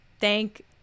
thank